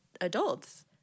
adults